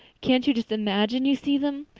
can't you just imagine you see them?